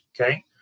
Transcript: okay